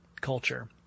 culture